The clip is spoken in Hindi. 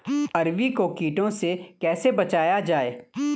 अरबी को कीटों से कैसे बचाया जाए?